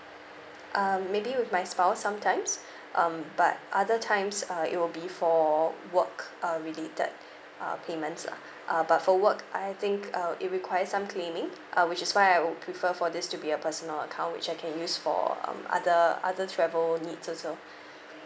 uh maybe with my spouse sometimes um but other times uh it will be for work uh related uh payments lah uh but for work I think uh it requires some claiming uh which is why I would prefer for this to be a personal account which I can use for um other other travel need also